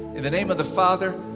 in the name of the father,